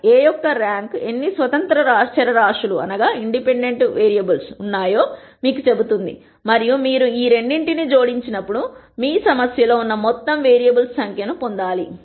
A యొక్క rank ఎన్ని స్వతంత్ర చరరాశులు ఉన్నాయో మీకు చెబుతుంది మరియు మీరు ఈ రెండింటిని జోడించినప్పుడు మీ సమస్య లో ఉన్న మొత్తం వేరియబుల్స్ సంఖ్యను పొందాలి